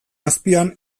azpian